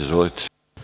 Izvolite.